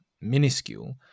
minuscule